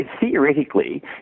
theoretically